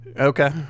Okay